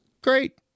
great